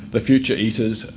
the future eaters,